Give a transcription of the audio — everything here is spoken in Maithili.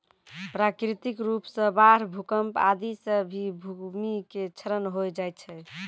प्राकृतिक रूप सॅ बाढ़, भूकंप आदि सॅ भी भूमि के क्षरण होय जाय छै